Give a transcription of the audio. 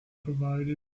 provided